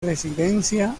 residencia